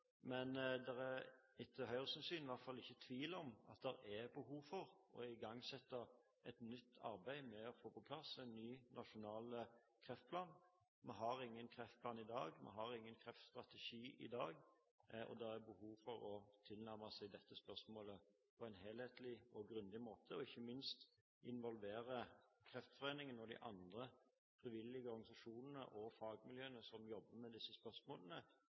men det er etter Høyres syn i hvert fall ikke tvil om at det er behov for å igangsette et nytt arbeid med å få på plass en ny nasjonal kreftplan. Vi har ingen kreftplan i dag, vi har ingen kreftstrategi i dag, og det er behov for å tilnærme seg dette spørsmålet på en helhetlig og grundig måte og ikke minst involvere Kreftforeningen og de andre frivillige organisasjonene og fagmiljøene som jobber med disse spørsmålene,